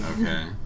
Okay